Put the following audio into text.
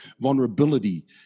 vulnerability